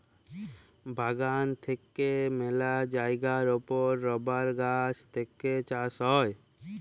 বাগান থেক্যে মেলা জায়গার ওপর রাবার গাছ থেক্যে চাষ হ্যয়